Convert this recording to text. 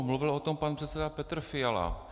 Mluvil o tom pan předseda Petr Fiala.